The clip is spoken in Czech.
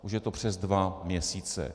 Už je to přes dva měsíce.